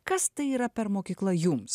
kas tai yra per mokykla jums